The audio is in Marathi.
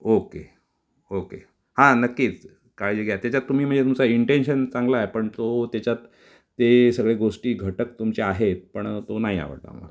ओके ओके हां नक्कीच काळजी घ्या त्याच्यात तुम्ही म्हणजे तुमचं इंटेंशन चांगलं आहे पण तो त्याच्यात ते सगळे गोष्टी घटक तुमचे आहेत पण तो नाही आवडला आम्हाला